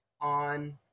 on